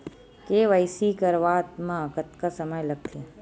KYC करवात म कतका समय लगथे?